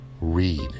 read